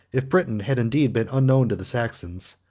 if britain had indeed been unknown to the saxons,